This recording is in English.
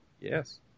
Yes